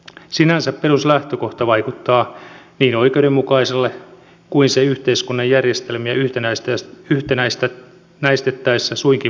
sinänsä peruslähtökohta vaikuttaa niin oikeudenmukaiselta kuin se yhteiskunnan järjestelmiä yhtenäistettäessä suinkin voi olla